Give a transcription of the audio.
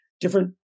different